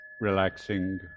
relaxing